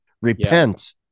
repent